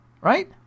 right